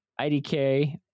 idk